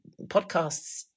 podcasts